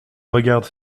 regarde